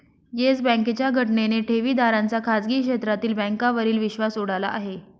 yes बँकेच्या घटनेने ठेवीदारांचा खाजगी क्षेत्रातील बँकांवरील विश्वास उडाला आहे